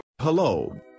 Hello